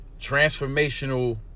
Transformational